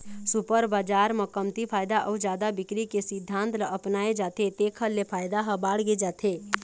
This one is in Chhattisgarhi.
सुपर बजार म कमती फायदा अउ जादा बिक्री के सिद्धांत ल अपनाए जाथे तेखर ले फायदा ह बाड़गे जाथे